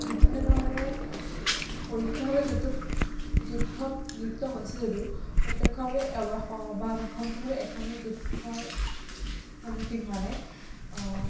বিভিন্ন ধৰণেৰে পৰোক্ষভাৱে যুদ্ধত যুদ্ধত লিপ্ত হৈছে যদিও প্ৰত্যক্ষভাৱে বা মুখামুখিভাৱে এখনো যুদ্ধৰ সন্মুখীন হোৱা নাই